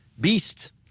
beast